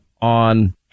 on